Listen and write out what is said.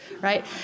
right